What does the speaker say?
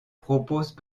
proposent